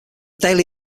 daily